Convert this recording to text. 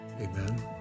Amen